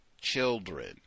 children